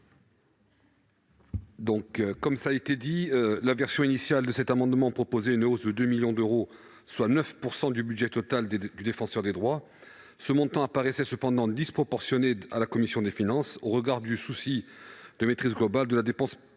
Comme cela a été dit, la version initiale de cet amendement avait pour objet une hausse de 2 millions d'euros, soit 9 % du budget total du Défenseur des droits. Ce montant apparaissait disproportionné à la commission des finances au regard du souci de maîtrise globale de la dépense publique.